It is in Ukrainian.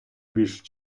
більшу